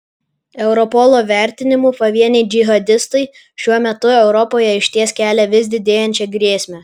europolo vertinimu pavieniai džihadistai šiuo metu europoje išties kelia vis didėjančią grėsmę